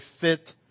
fit